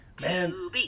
man